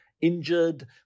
injured